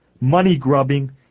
money-grubbing